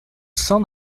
son